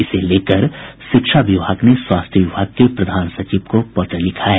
इसे लेकर शिक्षा विभाग ने स्वास्थ्य विभाग के प्रधान सचिव को पत्र लिखा है